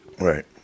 Right